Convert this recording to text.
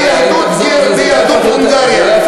מיהדות הונגריה.